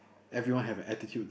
everyone have an attitude